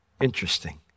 interesting